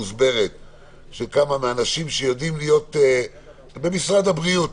מוסברת של כמה מהאנשים במשרד הבריאות,